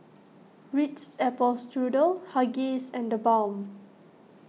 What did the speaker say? Ritz Apple Strudel Huggies and theBalm